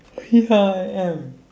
ya I am